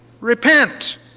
repent